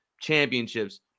championships